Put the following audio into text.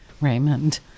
Raymond